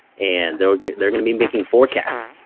and they're they're gonna be making forecasts.